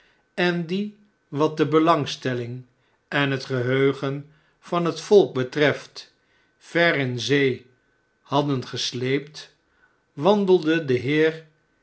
en die wat de belangstelling en het geheugen van het volk betreft ver in zee hadden gesleept wandelde de heer